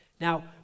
now